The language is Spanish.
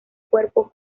cuerpo